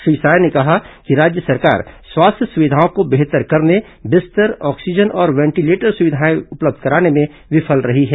श्री साय ने कहा कि राज्य सरकार स्वास्थ्य सुविधाओं को बेहतर करने बिस्तर ऑक्सीजन और वेंटीलेटर सुविधाएं उपलब्ध कराने में विफल रही है